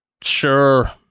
sure